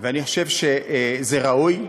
אני חושב שזה ראוי,